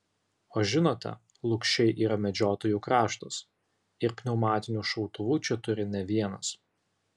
o žinote lukšiai yra medžiotojų kraštas ir pneumatinių šautuvų čia turi ne vienas